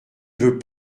veux